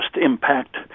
impact